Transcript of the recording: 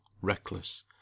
reckless